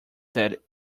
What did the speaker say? that